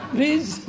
Please